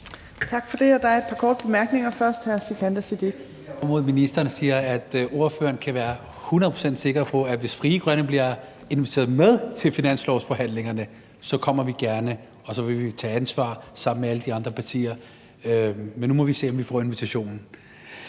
Tak for det. Der er et par korte bemærkninger. Først hr. Sikandar Siddique. Kl. 21:13 Sikandar Siddique (UFG): Ordføreren kan være hundrede procent sikker på, at hvis Frie Grønne bliver inviteret med til finanslovsforhandlingerne, kommer vi gerne, og så vil vi tage ansvar sammen med alle de andre partier, men nu må vi se, om vi får invitationen.